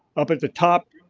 up at the top,